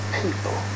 people